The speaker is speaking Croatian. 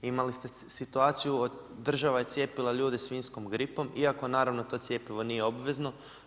Imali ste situaciju država je cijepila ljude svinjskom gripom iako naravno to cjepivo nije obvezno.